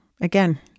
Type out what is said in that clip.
again